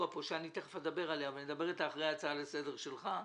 שאני אדבר עליה אחרי ההצעה לסדר שלך.